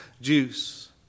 juice